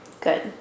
good